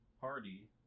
party